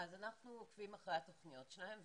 אז אנחנו עוקבים אחרי התוכניות שלהם.